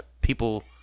people